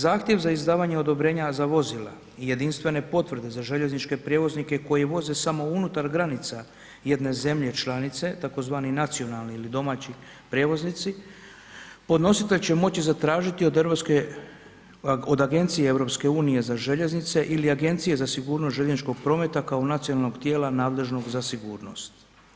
Zahtjev za izdavanje odobrenja za vozila i jedinstvene potvrde za željezničke prijevoznike koji voze samo unutar granica jedne zemlje članice, tzv. nacionalni ili domaći prijevoznici, podnositelj će moći zatražiti od Agencije EU za željeznice ili Agencija za sigurnost željezničkog prometa kao nacionalnog tijela nadležnog za sigurnost.